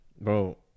Bro